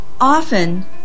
Often